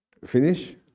Finish